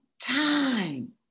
time